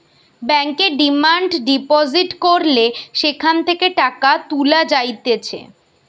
ব্যাংকে demand deposit করলে সেখান থেকে টাকা তুলা যাইতেছে